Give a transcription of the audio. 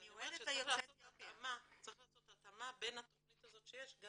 אז אני אומרת שצריך לעשות התאמה בין התכנית הזאת שיש,